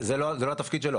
זה לא התפקיד שלה.